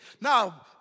Now